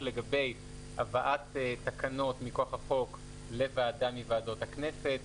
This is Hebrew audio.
לגבי הבאת תקנות מכוח החוק לוועדה מוועדות הכנסת,